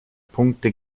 punkte